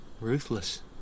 ruthless